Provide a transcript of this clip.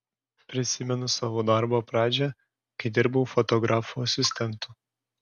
prisimenu savo darbo pradžią kai dirbau fotografų asistentu